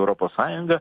europos sąjungą